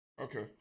Okay